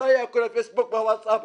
לא היה הפייסבוק והווטסאפ.